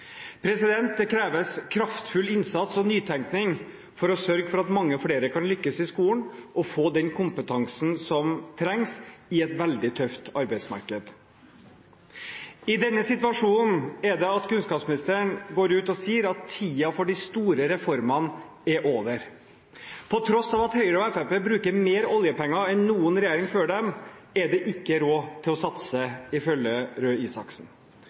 Det kreves kraftfull innsats og nytenkning for å sørge for at mange flere kan lykkes i skolen og få den kompetansen som trengs i et veldig tøft arbeidsmarked. I denne situasjonen er det kunnskapsministeren går ut og sier at tiden for de store reformene er over. På tross av at Høyre og Fremskrittspartiet bruker mer oljepenger enn noen regjering før dem, har de ikke råd til å satse, ifølge Røe Isaksen.